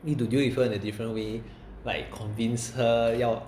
need to deal with her in a different way like convince her 要